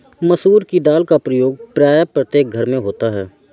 मसूर की दाल का प्रयोग प्रायः प्रत्येक घर में होता है